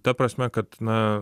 ta prasme kad na